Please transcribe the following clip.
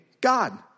God